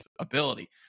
ability